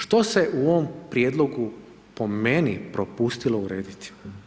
Što se u ovom prijedlogu po meni propustilo urediti?